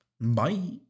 bye